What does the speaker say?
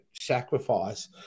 sacrifice